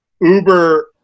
uber